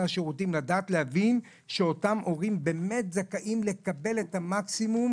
השירותים יבינו שאותם הורים באמת זכאים לקבל את המקסימום,